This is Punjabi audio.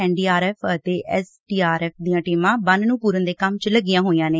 ਐਨ ਡੀ ਆਰ ਐਫ਼ ਅਤੇ ਐਸ ਡੀ ਆਰ ਐਫ਼ ਦੀਆਂ ਟੀਮਾਂ ਬੰਨ ਨੂੰ ਪੁਰਨ ਦੇ ਕੰਮ ਚ ਲਈਆਂ ਹੋਈਆਂ ਨੇ